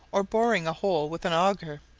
or boring a hole with an auger.